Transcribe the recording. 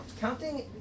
Counting